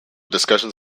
discussions